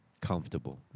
comfortable